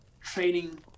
training